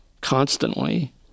constantly